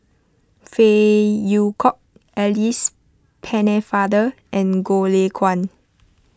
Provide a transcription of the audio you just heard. Phey Yew Kok Alice Pennefather and Goh Lay Kuan